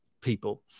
people